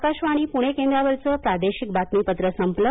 आकाशवाणी पणे केंद्रावरचं प्रादेशिक बातमीपत्र संपलं